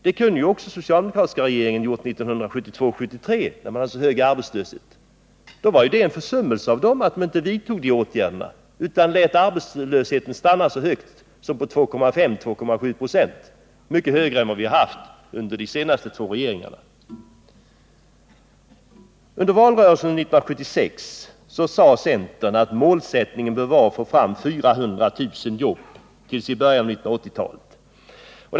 Det kunde ju också den socialdemokratiska regeringen ha gjort 1972 och 1973 när man hade så hög arbetslöshet. Då var det en försummelse av dem att de inte vidtog de åtgärderna utan lät arbetslösheten stanna så högt som 2,5-2,7 26 — mycket högre än den har varit under de två senaste regeringarna. Under valrörelsen 1976 sade centern att målsättningen bör vara att få fram 400 000 jobb till början av 1980-talet.